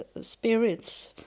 spirits